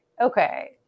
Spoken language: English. okay